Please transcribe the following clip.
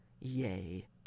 Yay